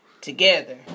together